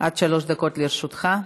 עד שלוש דקות לרשותך.